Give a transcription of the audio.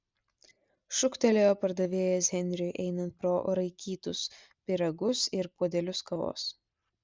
šūktelėjo pardavėjas henriui einant pro raikytus pyragus ir puodelius kavos